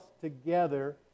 together